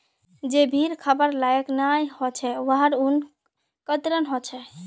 जे भेड़ खबार लायक नई ह छेक वहार ऊन कतरन ह छेक